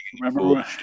Remember